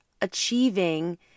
achieving